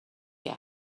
کرد